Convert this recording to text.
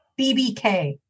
bbk